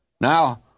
Now